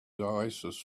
oasis